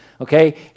okay